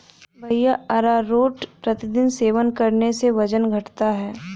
भैया अरारोट प्रतिदिन सेवन करने से वजन घटता है